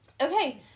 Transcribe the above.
Okay